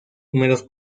primeros